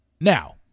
Now